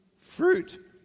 fruit